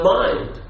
mind